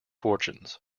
fortunes